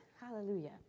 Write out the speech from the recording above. hallelujah